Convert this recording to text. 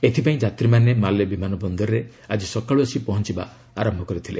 ଏଥିପାଇଁ ଯାତ୍ରୀମାନେ ମାଲେ ବିମାନ ବନ୍ଦରରେ ଆଜି ସକାଳୁ ଆସି ପହଞ୍ଚବା ଆରୟ କରିଥିଲେ